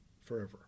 forever